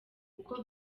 uko